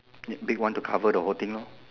big one to cover the whole thing lor